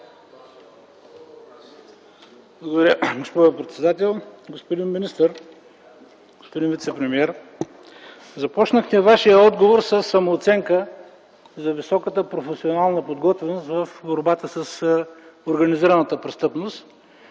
Благодаря, госпожо председател. Господин министър, господин вицепремиер! Започнахте Вашия отговор със самооценка за високата професионална подготвеност в борбата с организираната престъпност,